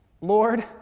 Lord